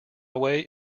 away